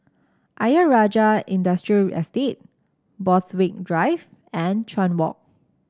Ayer Rajah Industrial Estate Borthwick Drive and Chuan Walk